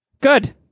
Good